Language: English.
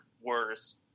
worse